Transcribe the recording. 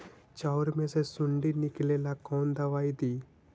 चाउर में से सुंडी निकले ला कौन दवाई दी?